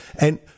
and-